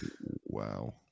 Wow